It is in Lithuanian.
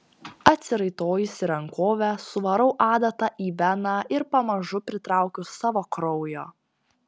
atsiraitojusi rankovę suvarau adatą į veną ir pamažu pritraukiu savo kraujo